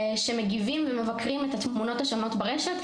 שמגיבים ומבקרים את התמונות השונות ברשת,